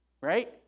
right